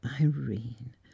Irene